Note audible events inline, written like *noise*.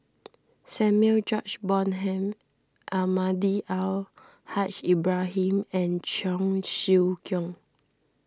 *noise* Samuel George Bonham Almahdi Al Haj Ibrahim and Cheong Siew Keong